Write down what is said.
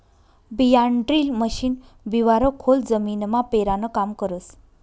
बियाणंड्रील मशीन बिवारं खोल जमीनमा पेरानं काम करस